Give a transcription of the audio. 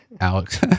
Alex